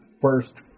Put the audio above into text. first